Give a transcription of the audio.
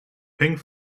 pink